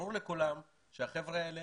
ברור לכולם שהחבר'ה האלה